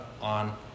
on